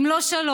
אם לא שלוש,